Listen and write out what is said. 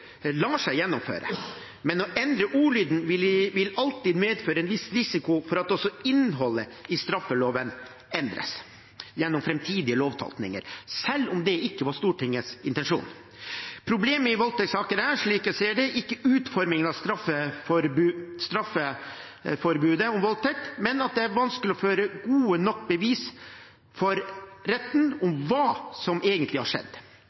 lar seg gjennomføre. Men å endre ordlyden vil alltid medføre en viss risiko for at også innholdet i straffeloven endres gjennom framtidige lovtolkninger, selv om det ikke var Stortingets intensjon. Problemet i voldtektssaker er, slik jeg ser det, ikke utformingen av straffeforbudet om voldtekt, men at det er vanskelig å føre gode nok beviser for retten om hva som egentlig har skjedd.